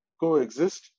coexist